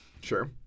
Sure